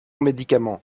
médicament